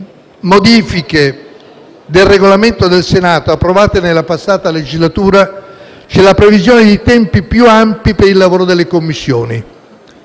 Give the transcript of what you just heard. modifiche del Regolamento del Senato approvate nella passata legislatura, c'è la previsione di tempi più ampi per il lavoro delle Commissioni.